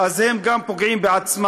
אז הם גם פוגעים בעצמם.